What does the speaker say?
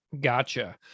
Gotcha